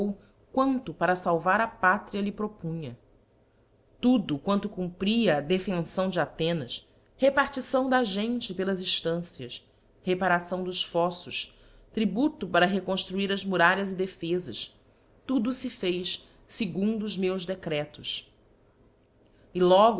quanto para falvar a pátria lhe propunha tudo quanto cumpria á defenfão de athenas repartição da gente pelas eílancias reparação dos foítos tributo para reconftfuir as muralhas e defezas tudo fe fez fegundo os meus decretos e logo